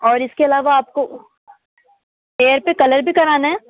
और इसके अलावा आपको हेयर पर कलर भी कराना है